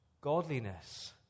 godliness